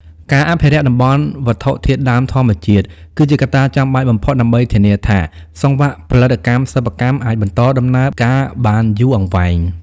ការអភិរក្សតំបន់វត្ថុធាតុដើមធម្មជាតិ គឺជាកត្តាចាំបាច់បំផុតដើម្បីធានាថា សង្វាក់ផលិតកម្មសិប្បកម្មអាចបន្តដំណើរការបានយូរអង្វែង។